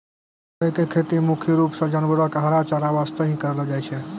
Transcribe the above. जई के खेती मुख्य रूप सॅ जानवरो के हरा चारा वास्तॅ हीं करलो जाय छै